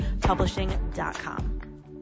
publishing.com